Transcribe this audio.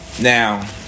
Now